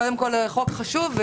חוק חשוב.